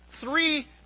three